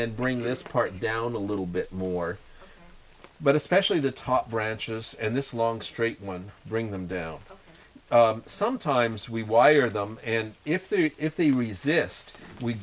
then bring this part down a little bit more but especially the top branches and this long straight one bring them down sometimes we wire them and if they if they resist we